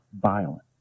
violent